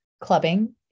Clubbing